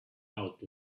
out